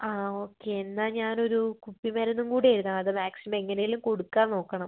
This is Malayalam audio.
ആ ഓക്കേ എന്നാൽ ഞാനൊരു കുപ്പിമരുന്നും കൂടേ എഴുതാം അത് മാക്സിമം എങ്ങനേലും കൊടുക്കാൻ നോക്കണം